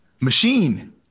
Machine